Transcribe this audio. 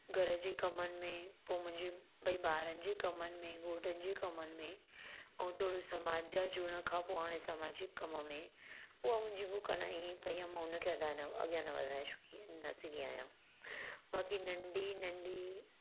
घर जे कमनि में पोइ मुंहिंजी ॿई ॿारनि जे कमनि में घोटनि जे कमनि में ऐं थोरो समाज खां जुड़ण खां पोइ हाणे सामाजिक कम में ऐं मुंहिंजी बुक अञा इएं ही पई आहे मां उनखे अदा न अॻियां न वधाए चुकी न सघी आहियां बाक़ी नंढी नंढी